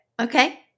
Okay